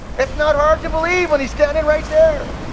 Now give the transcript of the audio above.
it's not hard to believe when he's standing right there.